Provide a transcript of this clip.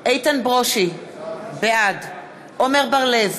איתן ברושי, בעד עמר בר-לב,